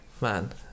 man